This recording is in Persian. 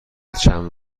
چند